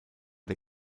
der